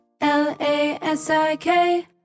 L-A-S-I-K